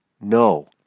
No